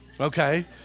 okay